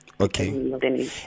Okay